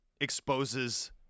exposes